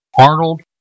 Arnold